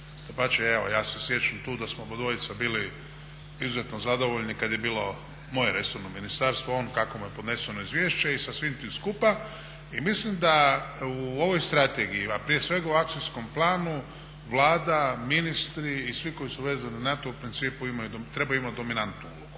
dapače evo ja se sjećam tu da smo obadvojica bili izuzetno zadovoljni kada je bilo moje resorno ministarstvo … kako mu je podneseno izvješće i sa svim tim skupa i mislim da u ovoj strategiji, a prije svega u akcijskom planu, Vlada, ministri i svi koji su vezani na to u principu trebaju imati dominantnu ulogu